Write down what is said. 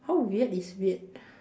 how weird is weird